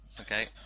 Okay